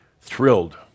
thrilled